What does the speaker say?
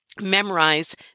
memorize